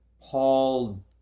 Paul